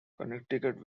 connecticut